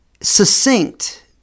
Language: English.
succinct